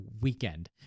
weekend